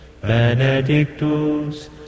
Benedictus